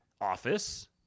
office